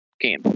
game